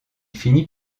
finit